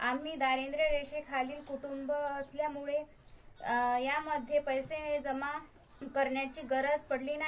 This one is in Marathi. आम्ही दारिद्व्य रेषेखालील कुटुंब असल्यामुळे यामध्ये पैसे जमा करण्याची गरज पडली नाही